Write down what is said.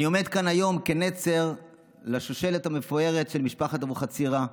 אני עומד כאן היום כנצר לשושלת המפוארת של משפחת אבוחצירא,